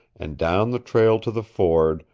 and down the trail to the ford,